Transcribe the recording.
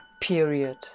period